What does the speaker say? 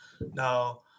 Now